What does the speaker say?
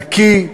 נקי,